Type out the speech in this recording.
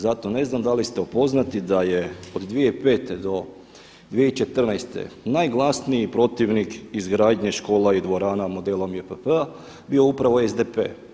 Zato ne znam da li ste upoznati da je od 2005. do 2014. najglasniji protivnik izgradnje škola i dvora mudelom JPP-a bio upravo SDP.